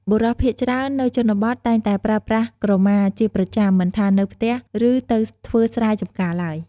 បុរសភាគច្រើននៅជនបទតែងតែប្រើប្រាស់ក្រមាជាប្រចាំមិនថានៅផ្ទះ ឬទៅធ្វើស្រែចំការឡើយ។